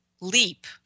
leap